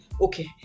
okay